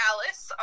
Alice